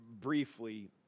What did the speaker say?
briefly